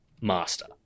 Master